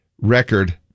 record